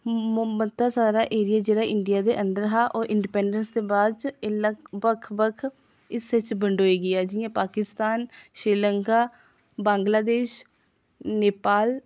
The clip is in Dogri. मता हारा एरिया जेह्ड़ा इंडिया दे अंदर हा ओह् इंडिपैंडैंस दे बाद च एह् बक्ख बक्ख हिस्सें च बंडोई गेआ जि'यां पाकिस्तान श्रीलंका बंगलादेश नेपाल